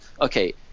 Okay